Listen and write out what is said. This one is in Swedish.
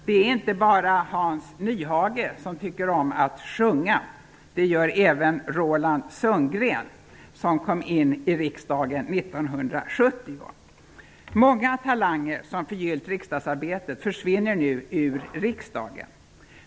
Det är inte bara Hans Nyhage som tycker om att sjunga, det gör även Roland Sundgren, som kom in i riksdagen 1970. Många talanger som förgyllt riksdagsarbetet försvinner nu ur riksdagen.